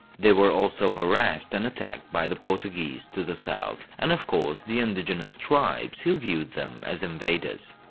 they were also harrased and attacked by the portuguese to the south, and of course the indigenous tribes who viewed them as invaders.